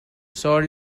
sour